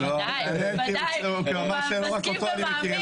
בוודאי, בוודאי, מסכים ומאמין.